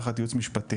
תחת ייעוץ משפטי.